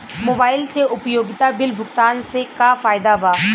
Mobile से उपयोगिता bill भुगतान से का फायदा बा?